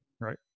Right